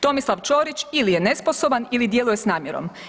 Tomislav Ćorić ili je nesposoban ili djeluje s namjerom.